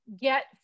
get